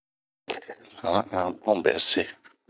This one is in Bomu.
HAn'an bun bɛ see......